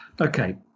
okay